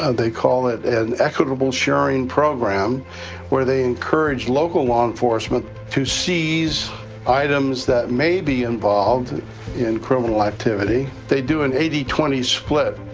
ah they call it an equitable sharing program where they encourage local law enforcement to seize items that maybe involved in criminal activity. they do an eighty twenty split.